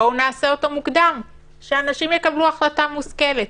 בואו נעשה אותו מוקדם, שאנשים יקבלו החלטה מושכלת.